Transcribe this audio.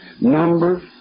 Numbers